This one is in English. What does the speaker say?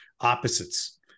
opposites